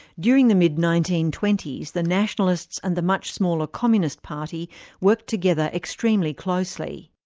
during the mid nineteen twenty s the nationalists and the much smaller communist party worked together extremely closely.